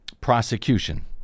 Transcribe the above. prosecution